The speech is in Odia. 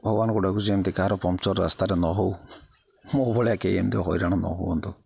ଭଗବାନଙ୍କୁ ଡ଼ାକୁଛି ଏମିତି କାହାର ପନ୍ଚର୍ ରାସ୍ତାରେ ନ ହେଉ ମୋ ଭଳିଆ କେହି ଏମିତି ହଇରାଣ ନ ହୁଅନ୍ତୁ